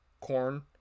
corn